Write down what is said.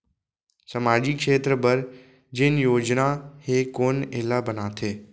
सामाजिक क्षेत्र बर जेन योजना हे कोन एला बनाथे?